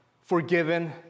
forgiven